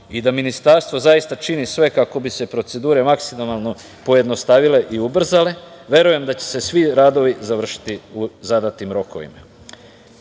i da ministarstvo zaista čini sve kako bi se procedure maksimalno pojednostavile i ubrzale, verujem da će se svi radovi završiti u zadatim rokovima.I,